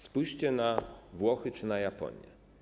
Spójrzcie na Włochy czy na Japonię.